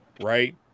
right